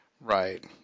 Right